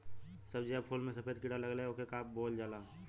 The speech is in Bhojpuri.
सब्ज़ी या फुल में सफेद कीड़ा लगेला ओके का बोलल जाला?